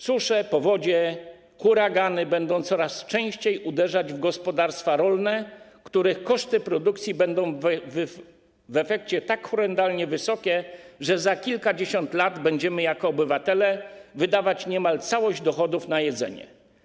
Susze, powodzie i huragany będą coraz częściej uderzać w gospodarstwa rolne, których koszty produkcji będą w efekcie tak horrendalnie wysokie, że za kilkadziesiąt lat będziemy jako obywatele wydawać niemal całość dochodów na jedzenie.